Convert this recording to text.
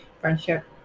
friendship